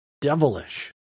devilish